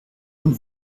und